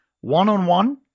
one-on-one